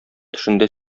төшендә